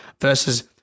versus